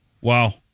Wow